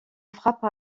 frappe